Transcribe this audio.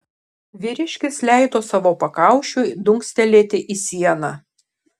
vyriškis leido savo pakaušiui dunkstelėti į sieną